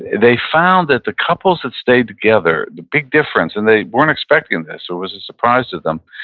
they found that the couples that stayed together, the big difference, and they weren't expecting this, it was a surprise to them,